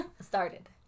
Started